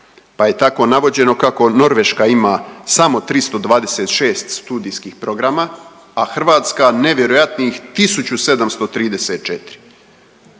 pa je tako navođeno kako Norveška ima samo 326 studijskih programa, a Hrvatska nevjerojatnih 1734.